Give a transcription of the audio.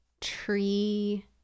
tree